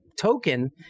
token